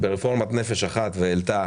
ברפורמת נפש אחת והעלתה